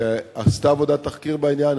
שעשתה עבודת תחקיר בעניין.